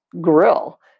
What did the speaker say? grill